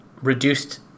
reduced